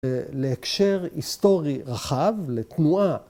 ‫להקשר היסטורי רחב, לתנועה.